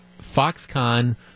Foxconn